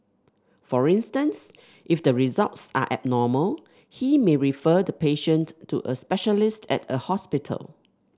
for instance if the results are abnormal he may refer the patient to a specialist at a hospital